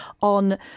on